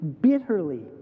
bitterly